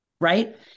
right